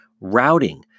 routing